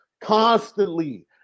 constantly